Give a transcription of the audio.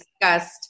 discussed